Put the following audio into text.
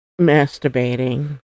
masturbating